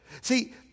See